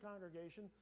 congregation